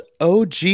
OG